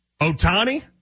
Otani